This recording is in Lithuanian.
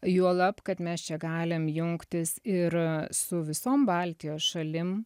juolab kad mes čia galim jungtis ir su visom baltijos šalim